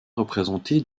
représentées